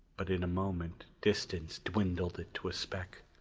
but in a moment distance dwindled it to a speck.